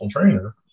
trainer